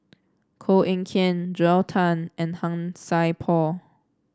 Koh Eng Kian Joel Tan and Han Sai Por